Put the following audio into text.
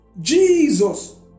Jesus